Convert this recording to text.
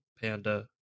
Panda